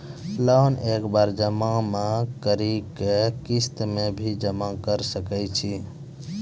Loan एक बार जमा म करि कि किस्त मे भी करऽ सके छि?